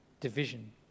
division